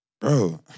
Bro